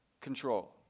control